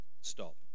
stop